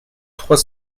trois